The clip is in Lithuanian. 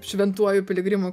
šventuoju piligrimų